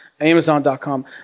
Amazon.com